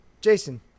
Jason